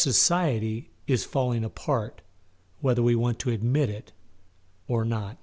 society is falling apart whether we want to admit it or not